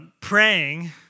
praying